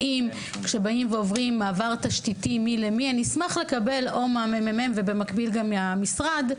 האם כשעושים מעבר תשתיתי -- אני אשמח לקבל מהממ"מ ומהמשרד השוואה.